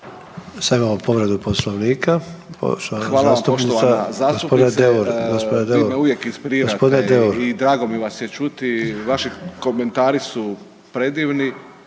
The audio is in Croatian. Sad imamo povredu Poslovnika poštovana zastupnica, .../Upadica: Hvala